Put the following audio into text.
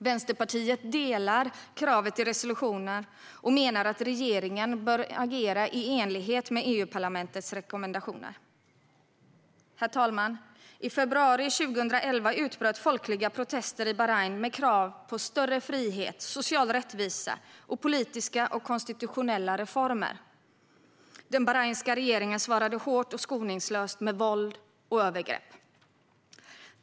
Vänsterpartiet stöder kravet i resolutionen och menar att regeringen bör agera i enlighet med EU-parlamentets rekommendationer. Herr talman! I februari 2011 utbröt folkliga protester i Bahrain med krav på större frihet, social rättvisa och politiska och konstitutionella reformer. Den bahrainska regeringen svarade hårt och skoningslöst med våld och övergrepp.